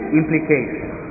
implications